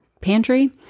pantry